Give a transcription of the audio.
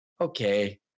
okay